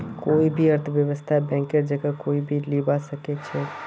कोई भी अर्थव्यवस्थात बैंकेर जगह कोई नी लीबा सके छेक